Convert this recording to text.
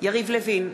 יריב לוין,